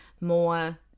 more